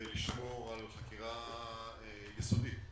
ולשמור על חקירה יסודית.